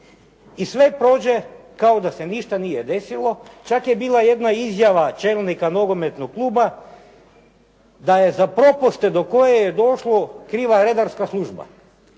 i sve prođe kao da se ništa nije desilo. Čak je bila jedna izjava čelnika nogometnog kluba da je za propasti do koje je došlo kriva redarska služba.